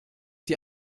die